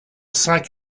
cinq